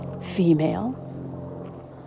female